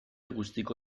guztiko